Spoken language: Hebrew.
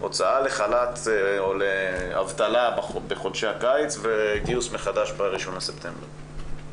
הוצאה לחל"ת או אבטלה בחודשי הקיץ וגיוס מחדש ב-1 בספטמבר.